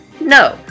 No